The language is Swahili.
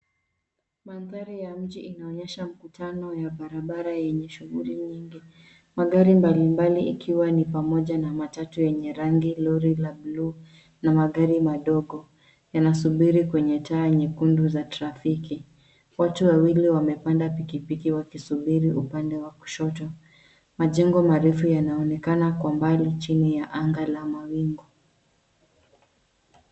Manthari ya mji inaonyesha mkutano ya barabara yenye shughuli nyingi. Magari mbalimbali ikiwa ni pamoja na matatu yenye rangi, lori la blue , na magari madogo, yanasubiri kwenye taa nyekundu za trafiki. Watu wawili wamepanda pikipiki wakisubiri upande wa kushoto. Majengo marefu yanaonekana kwa umbali chini ya anga la mawingu.